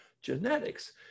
genetics